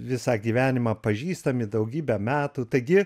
visą gyvenimą pažįstami daugybę metų taigi